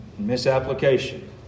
misapplication